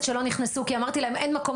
שלא נכנסו כי אמרתי להם שאין מקום,